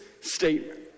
statement